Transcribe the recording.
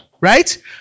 right